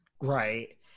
Right